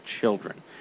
children